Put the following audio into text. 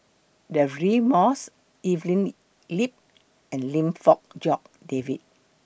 Deirdre Moss Evelyn Lip and Lim Fong Jock David